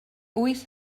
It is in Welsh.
wyth